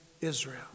Israel